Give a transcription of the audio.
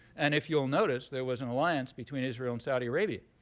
and if you'll notice, there was an alliance between israel and saudi arabia.